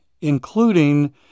including